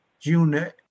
June